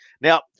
Now